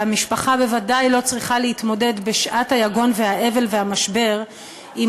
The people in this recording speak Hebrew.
והמשפחה בוודאי לא צריכה להתמודד בשעת היגון והאבל והמשבר עם